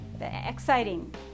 Exciting